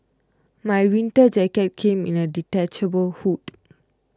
my winter jacket came with a detachable hood